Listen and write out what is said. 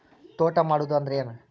ತೋಟ ಮಾಡುದು ಅಂದ್ರ ಏನ್?